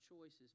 choices